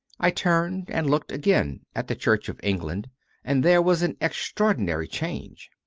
i turned and looked again at the church of england and there was an extraordinary change.